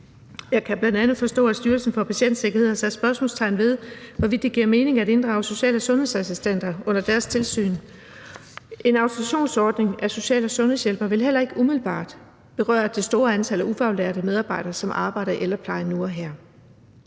Jeg kan bl.a. forstå, at Styrelsen for Patientsikkerhed har sat spørgsmålstegn ved, hvorvidt det giver mening at inddrage social- og sundhedsassistenter under deres tilsyn. En autorisationsordning af social- og sundhedshjælpere vil heller ikke umiddelbart berøre det store antal af ufaglærte medarbejdere, som arbejder i ældreplejen nu og her.